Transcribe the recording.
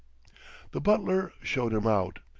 the butler showed him out.